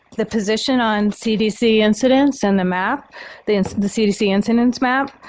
the position on cdc incidence and the map the and the cdc incidence map,